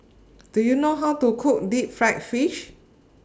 Do YOU know How to Cook Deep Fried Fish